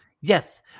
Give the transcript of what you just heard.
Yes